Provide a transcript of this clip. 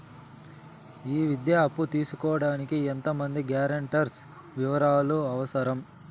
ఈ విద్యా అప్పు తీసుకోడానికి ఎంత మంది గ్యారంటర్స్ వివరాలు అవసరం?